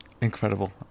Incredible